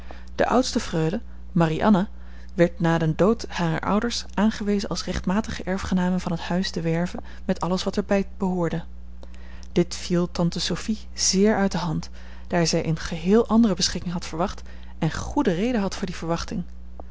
de oudste freule marie anna werd na den dood harer ouders aangewezen als rechtmatige erfgename van het huis de werve met alles wat er bij behoorde dit viel tante sophie zeer uit de hand daar zij eene geheel andere beschikking had verwacht en goede reden had voor die verwachting